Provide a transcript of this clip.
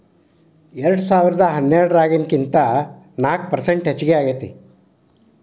ಎರೆಡಸಾವಿರದಾ ಹನ್ನೆರಡರಾಗಿನಕಿಂತ ನಾಕ ಪರಸೆಂಟ್ ಹೆಚಗಿ ಆಗೇತಿ